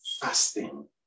fasting